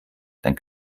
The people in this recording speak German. dann